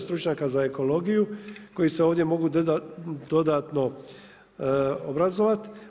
Stručnjaka za ekologiju, koji se ovdje mogu dodatno obrazovati.